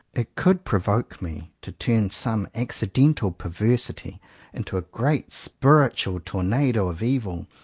it could provoke me to turn some accidental perversity into a great spiritual tornado of evil,